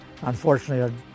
unfortunately